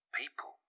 people